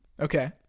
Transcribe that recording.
Okay